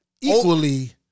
equally